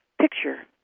picture